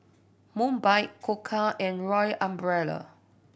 Mobike Koka and Royal Umbrella